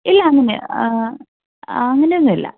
ഇല്ല അങ്ങനെ അങ്ങനെ ഒന്നുമില്ല